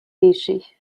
péchés